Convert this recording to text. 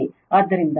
ಆದ್ದರಿಂದ XLLω 70